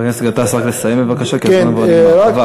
חבר הכנסת גטאס, רק לסיים בבקשה, כי הזמן כבר עבר.